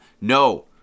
No